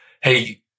hey